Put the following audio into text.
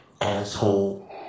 asshole